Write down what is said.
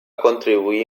contribuir